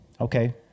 okay